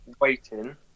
waiting